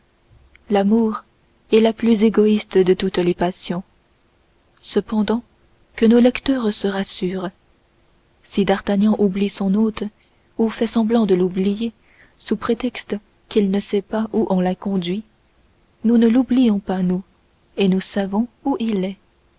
l'amour est la plus égoïste de toutes les passions cependant que nos lecteurs se rassurent si d'artagnan oublie son hôte ou fait semblant de l'oublier sous prétexte qu'il ne sait pas où on l'a conduit nous ne l'oublions pas nous et nous savons où il est